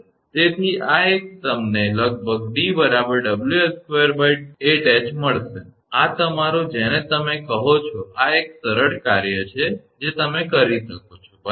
તેથી આ એક તમને લગભગ 𝑑 𝑊𝐿28𝐻 મળશે આ તમારો જેને તમે કહો છો આ એક સરળ કાર્ય છે જે તમે કરી શકો છો બરાબર